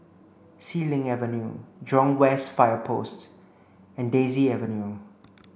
Xilin Avenue Jurong West Fire Post and Daisy Avenue